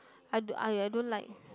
I don't I I don't like